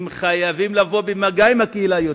הם חייבים לבוא יותר במגע עם הקהילה,